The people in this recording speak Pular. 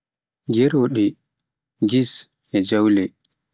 Geroɗe, geese, e jawle